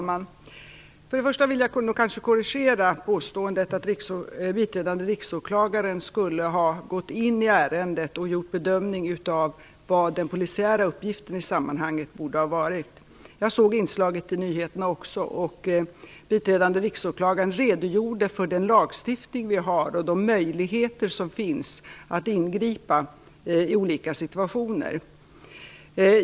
Herr talman! Först vill jag korrigera påståendet att biträdande riksåklagaren skulle ha gjort en bedömning av vad den polisiära uppgiften borde ha varit. Jag såg också inslaget i nyhetsprogrammet. Biträdande riksåklagaren redogjorde för den lagstiftning vi har och de möjligheter som finns att ingripa i olika situationer.